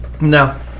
No